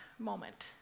moment